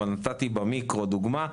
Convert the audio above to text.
אבל נתתי דוגמה במיקרו.